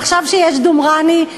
עכשיו כשיש דומרני,